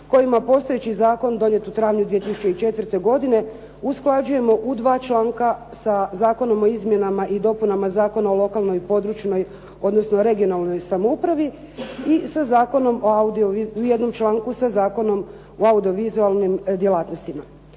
kojima postojeći zakon donijet u travnju 2004. godine usklađujemo u 2 članka sa Zakonom o izmjenama i dopunama Zakona o lokalnoj i područnoj (regionalnoj) samoupravi i u jednom članku sa Zakonom o audiovizualnim djelatnostima.